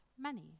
money